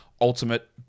Ultimate